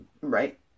Right